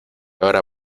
ahora